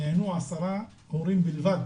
נענו עשרה הורים בלבד,